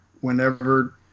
whenever